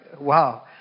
Wow